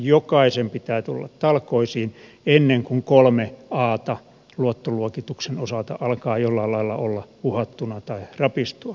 jokaisen pitää tulla talkoisiin ennen kuin kuin kolme ata luottoluokituksen osalta alkaa jollain lailla olla uhattuna tai rapistua